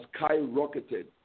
skyrocketed